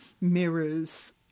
mirrors